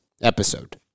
episode